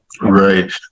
Right